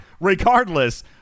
regardless